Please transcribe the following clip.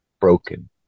Broken